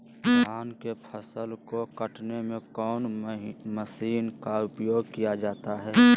धान के फसल को कटने में कौन माशिन का उपयोग किया जाता है?